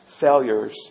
failures